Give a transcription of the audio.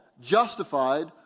justified